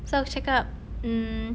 so aku cakap mm